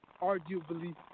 arguably